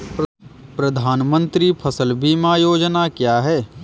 प्रधानमंत्री फसल बीमा योजना क्या है?